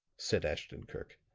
said ashton-kirk.